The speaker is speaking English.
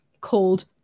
called